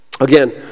Again